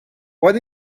what